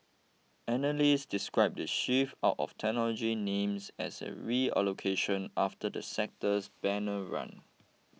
analysts described the shift out of technology names as a reallocation after the sector's banner run